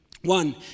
One